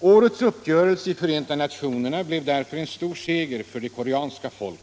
Årets uppgörelse i FN blev därför en stor seger för det koreanska folket.